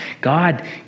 God